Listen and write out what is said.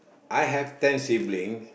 I have ten siblings